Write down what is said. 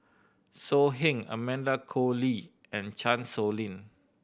So Heng Amanda Koe Lee and Chan Sow Lin